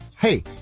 Hey